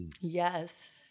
Yes